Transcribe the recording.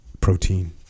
protein